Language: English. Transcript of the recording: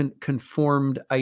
conformed